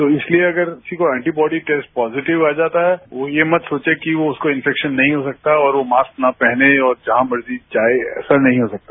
तो इसलिये अगरकिसी को एंटीबॉडी टैस्ट पॉजिटिव आ जाता है वो ये मत सोचे कि उसको इन्फैक्शन नहीं हो सकता और वो मास्क ना पहने और जहां मर्जीजाये ऐसा नहीं हो सकता